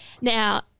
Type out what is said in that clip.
Now